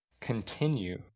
continue